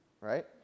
Right